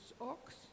ox